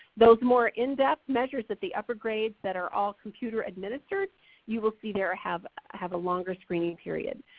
those more in-depth measures at the upper grades that are all computer administered you will see there have ah have a longer screening period,